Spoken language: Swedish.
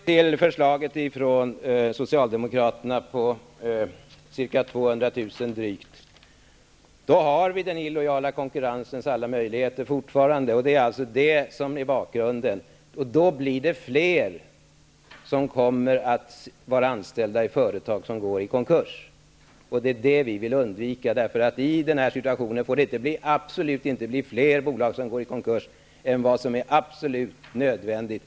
Fru talman! Med det socialdemokratiska förslaget om drygt ca. 200 000 kr. skulle vi få fortsätta att dras med den illojala konkurrensens alla möjligheter. Det är det som är bakgrunden. Det skulle alltså vara fråga om fler som är anställda i företag som går i konkurs. Det är det som vi vill undvika. Det får absolut inte bli fler bolag som går i konkurs än vad som är helt nödvändigt.